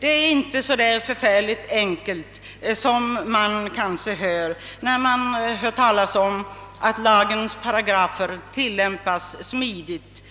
Det är inte så förfärligt enkelt som man kanske kan tro då man hör talas om att lagens paragrafer tillämpas smidigt